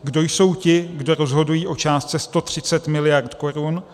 Kdo jsou ti, kdo rozhodují o částce 130 miliard korun?